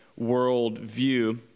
worldview